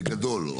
בגדול.